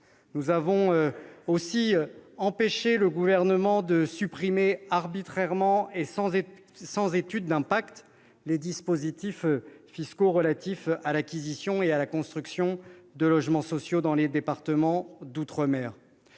Nous avons aussi empêché le Gouvernement de supprimer arbitrairement et sans étude d'impact les dispositifs fiscaux relatifs à l'acquisition et à la construction de logements sociaux dans les départements d'outre-mer.